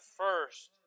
first